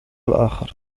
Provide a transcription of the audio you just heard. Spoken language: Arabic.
الآخر